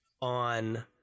on